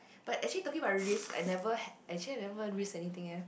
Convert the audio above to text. but actually talking about risk I never had I actually never risk anything eh